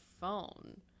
phone